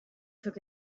took